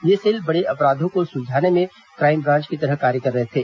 ये सेल बड़े अपराधों को सुलझाने में क्राईम ब्रांच की तरह कार्य कर रहे थे